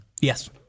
Yes